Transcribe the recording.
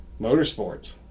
motorsports